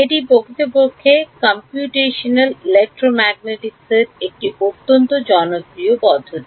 এটি প্রকৃতপক্ষে Computational Electromagnetics এর অন্যতম জনপ্রিয় পদ্ধতি